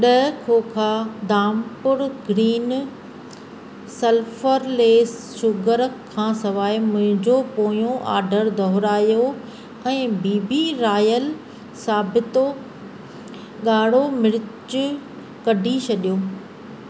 ॾह खोखा Dhampur green sulphurless sugar खां सिवाइ मुंहिंजो पोयों ऑर्डरु दोहिरायो ऐं बी बी रॉयल साबितो ॻाढ़ो मिर्चु कढी छॾियो